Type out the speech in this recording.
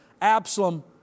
Absalom